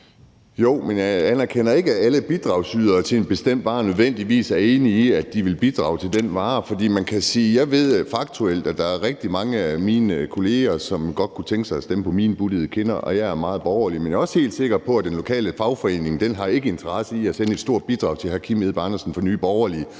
jeg anerkender ikke, at alle bidragsydere til en bestemt vare nødvendigvis er enige i, at de så ville bidrage til den vare. For jeg ved faktuelt, at der er rigtig mange af mine kolleger, som godt kunne tænke sig at stemme på mine buttede kinder, og jeg er meget borgerlig, men jeg er også helt sikker på, at den lokale fagforening ikke har interesse i at sende et stort bidrag til hr. Kim Edberg Andersen fra Nye Borgerlige